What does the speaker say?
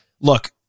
look